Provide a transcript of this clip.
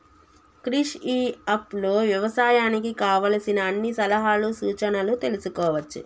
Krish e app లో వ్యవసాయానికి కావలసిన అన్ని సలహాలు సూచనలు తెల్సుకోవచ్చు